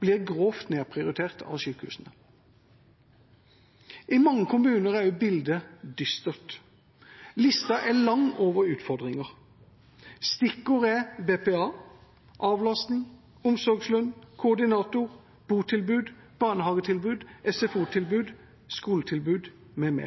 blir grovt nedprioritert av sykehusene. I mange kommuner er bildet dystert. Lista over utfordringer er lang. Stikkord er BPA, avlastning, omsorgslønn, koordinator, botilbud, barnehagetilbud, SFO-tilbud, skoletilbud, m.m.